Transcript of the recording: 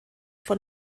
von